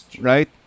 right